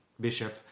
bishop